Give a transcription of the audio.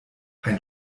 ein